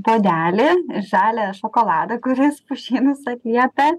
puodelį žalią šokoladą kuris pušynus atliepia